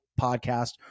podcast